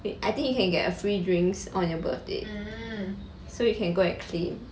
wait I think you can get a free drinks on your birthday so you can go actually